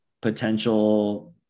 potential